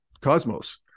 cosmos